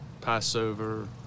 Passover